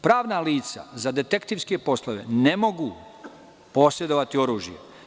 Pravna lica za detektivske poslove ne mogu posedovati oružje.